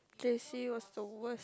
j_c was the worst